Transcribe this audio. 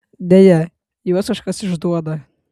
deja juos kažkas išduoda